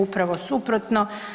Upravo suprotno.